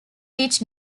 each